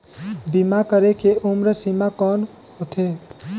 बीमा करे के उम्र सीमा कौन होथे?